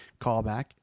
callback